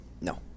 No